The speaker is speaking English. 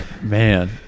man